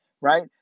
right